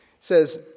says